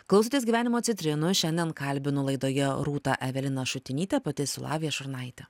klausotės gyvenimo citrinų šiandien kalbinu laidoje rūtą eveliną šutinytę pati su lavija šurnaitė